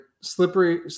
Slippery